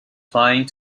flying